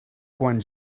quan